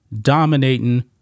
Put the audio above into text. dominating